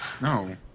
No